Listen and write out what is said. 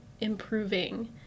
improving